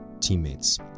teammates